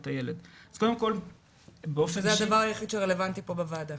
הילד--- זה הדבר היחיד הרלוונטי פה בוועדה.